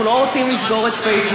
אנחנו לא רוצים לסגור את פייסבוק,